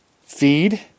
Feed